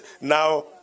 now